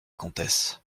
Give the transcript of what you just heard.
comtesse